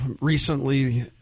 recently –